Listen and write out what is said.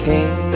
King